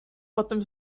potem